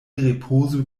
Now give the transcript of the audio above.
ripozu